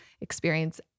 experience